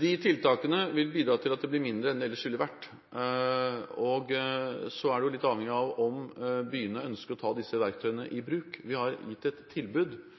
De tiltakene vil bidra til at det blir mindre enn det ellers ville vært. Så er det litt avhengig av om byene ønsker å ta disse verktøyene i